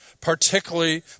Particularly